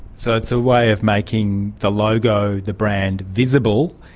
so it's a way of making the logo, the brand visible,